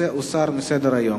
הנושא יוסר מסדר-היום.